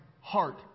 heart